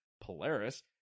Polaris